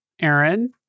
Aaron